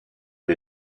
des